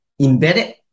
embedded